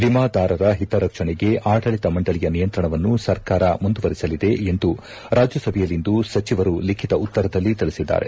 ವಿಮಾದಾರರ ಹಿತರಕ್ಷಣೆಗೆ ಆಡಳಿತ ಮಂಡಳಿಯ ನಿಯಂತ್ರಣವನ್ನು ಸರ್ಕಾರ ಮುಂದುವರಿಸಲಿದೆ ಎಂದು ರಾಜ್ಲಸಭೆಯಲ್ಲಿಂದು ಸಚಿವರು ಲಿಖಿತ ಉತ್ತರದಲ್ಲಿ ತಿಳಿಸಿದ್ದಾರೆ